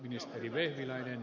arvoisa puhemies